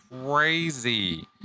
crazy